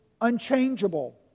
unchangeable